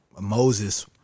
Moses